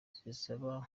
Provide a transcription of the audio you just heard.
zizaba